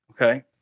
okay